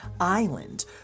island